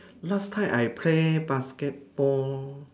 last time I play basketball